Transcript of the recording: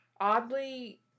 oddly